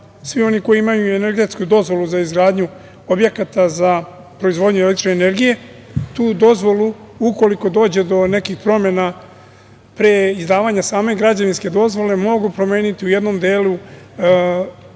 svi oni koji imaju energetsku dozvolu za izgradnju objekata za proizvodnju električne energije, tu dozvolu, ukoliko dođe do nekih promena pre izdavanja same građevinske dozvole, mogu promeniti u jednom delu,